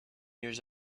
years